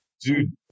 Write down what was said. dude